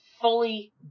fully